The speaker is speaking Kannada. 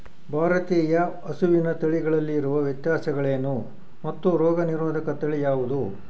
ಭಾರತೇಯ ಹಸುವಿನ ತಳಿಗಳಲ್ಲಿ ಇರುವ ವ್ಯತ್ಯಾಸಗಳೇನು ಮತ್ತು ರೋಗನಿರೋಧಕ ತಳಿ ಯಾವುದು?